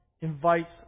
invites